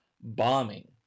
bombing